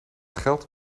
geld